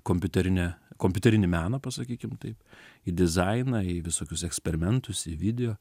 kompiuterinę kompiuterinį meną pasakykim taip į dizainą į visokius eksperimentus į video